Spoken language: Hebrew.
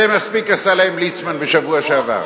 זה מספיק עשה להם ליצמן בשבוע שעבר.